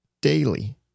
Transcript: daily